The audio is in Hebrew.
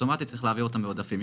אוטומטית צריך להעביר אותן לעודפים,